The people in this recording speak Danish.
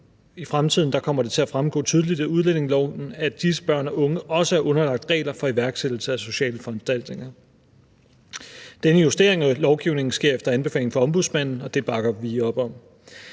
I fremtiden kommer det til at fremgå tydeligt af udlændingeloven, at disse børn og unge også er underlagt regler for iværksættelse af sociale foranstaltninger. Denne justering af lovgivningen sker efter anbefaling fra Ombudsmanden, og det bakker vi op om.